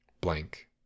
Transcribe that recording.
blank